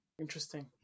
Interesting